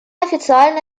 официально